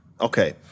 Okay